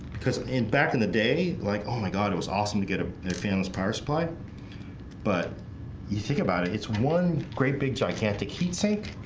because in back in the day like oh my god. it was awesome to get a their fans power supply but you think about it. it's one great big gigantic heatsink,